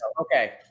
Okay